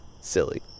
Silly